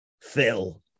Phil